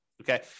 okay